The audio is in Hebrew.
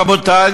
רבותי,